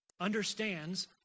understands